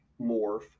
morph